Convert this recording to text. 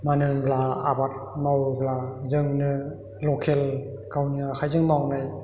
मानो होनोब्ला आबाद मावोब्ला जोंनो लकेल गावनि आखायजों मावनाय